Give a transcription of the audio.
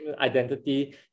identity